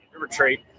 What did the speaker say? retreat